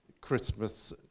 Christmas